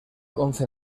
once